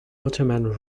ottoman